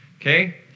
Okay